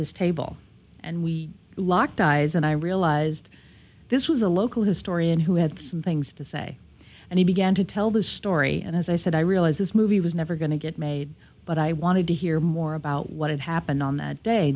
this table and we locked eyes and i realized this was a local historian who had some things to say and he began to tell this story and as i said i realize this movie was never going to get made but i wanted to hear more about what had happened on that day